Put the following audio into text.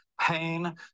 pain